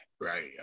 right